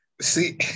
see